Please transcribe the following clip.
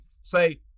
say